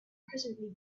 presently